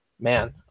man